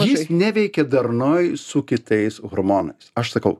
jis neveikia darnoj su kitais hormonais aš sakau